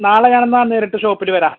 നാളെ ഞാനന്നാൽ നേരിട്ട് ഷോപ്പില് വരാം